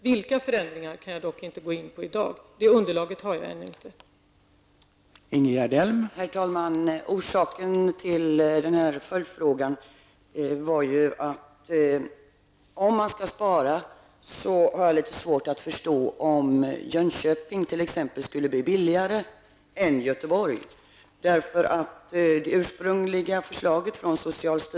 Vilka ändringar kan jag dock inte diskutera i dag, eftersom jag ännu inte har något underlag.